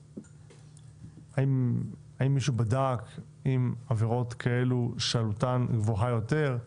האם מישהו בדק אם עבירות כאלה שעלותן גבוהה יותר,